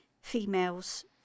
females